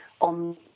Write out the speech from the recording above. on